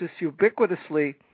ubiquitously